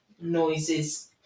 noises